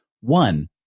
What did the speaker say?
One